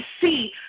see